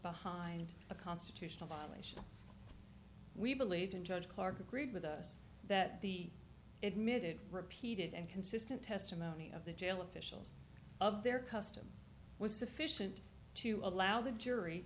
behind a constitutional violation we believed and judge clark agreed with us that the admitted repeated and consistent testimony of the jail officials of their custom was sufficient to allow the jury